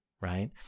right